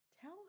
Tell